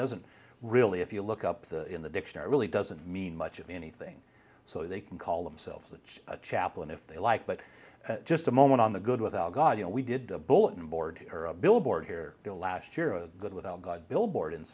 doesn't really if you look up in the dictionary really doesn't mean much of anything so they can call themselves which a chaplain if they like but just a moment on the good without god you know we did a bulletin board or a billboard here last year a good without god billboard in